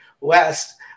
West